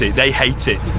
they hate it,